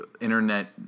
internet